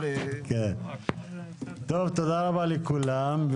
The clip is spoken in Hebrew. תודה רבה לכולם,